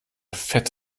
fett